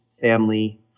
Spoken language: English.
family